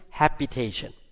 habitation